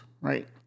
right